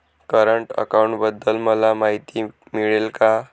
Current अकाउंटबद्दल मला माहिती मिळेल का?